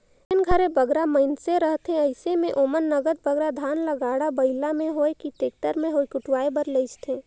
जेन घरे बगरा मइनसे रहथें अइसे में ओमन नगद बगरा धान ल गाड़ा बइला में होए कि टेक्टर में होए कुटवाए बर लेइजथें